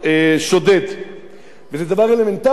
זה דבר אלמנטרי: כשנכנסים מסתננים שלא כחוק,